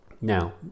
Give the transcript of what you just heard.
Now